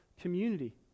community